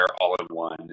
all-in-one